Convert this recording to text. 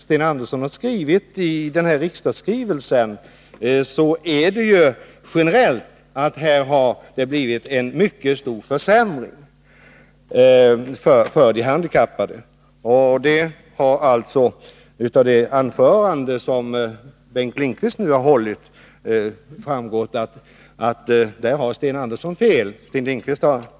Sten Andersson har dock i skrivelsen till riksdagen menat att det generellt skulle ha inträffat en mycket stor försämring för de handikappade, och det har av det anförande som Bengt Lindqvist nu hållit framgått att Sten Andersson har fel på den punkten.